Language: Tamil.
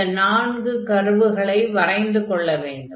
இந்த நான்கு கர்வுகளை வரைந்துகொள்ள வேண்டும்